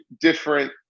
different